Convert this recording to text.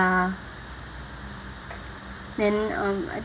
then um